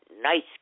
nice